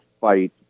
fight